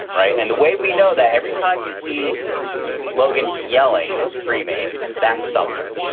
right. and the way we know that every time you see logan yelling and screaming that sumner.